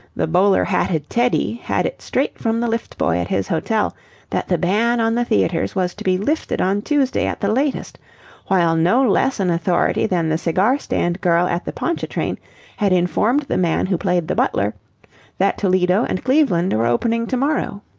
the bowler-hatted teddy had it straight from the lift-boy at his hotel that the ban on the theatres was to be lifted on tuesday at the latest while no less an authority than the cigar-stand girl at the pontchatrain had informed the man who played the butler that toledo and cleveland were opening to-morrow.